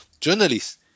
journalists